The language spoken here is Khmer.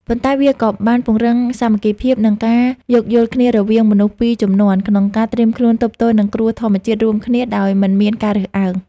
ប៉ុន្តែវាក៏បានពង្រឹងសាមគ្គីភាព និងការយោគយល់គ្នារវាងមនុស្សពីរជំនាន់ ក្នុងការត្រៀមខ្លួនទប់ទល់នឹងគ្រោះធម្មជាតិរួមគ្នាដោយមិនមានការរើសអើង។